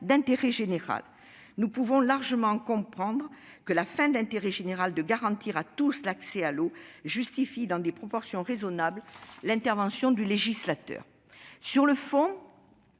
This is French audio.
d'intérêt général ». Nous pouvons tous le comprendre, la fin d'intérêt général de garantir à tous l'accès à l'eau justifie dans des proportions raisonnables l'intervention du législateur. Sur le fond,